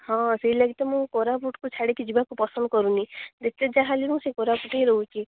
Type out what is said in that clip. ହଁ ସେଇ ଲାଗି ତ ମୁଁ କୋରାପୁଟକୁ ଛାଡ଼ିକି ଯିବାକୁ ପସନ୍ଦ କରୁନି ଯେତେ ଯାହା ହେଲେ ବି ମୁଁ ସେଇ କୋରାପୁଟ ହିଁ ରହୁଛି